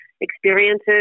experiences